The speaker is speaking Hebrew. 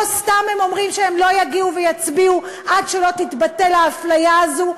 לא סתם הם אומרים שהם לא יגיעו ויצביעו עד שלא תתבטל האפליה הזו,